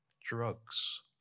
drugs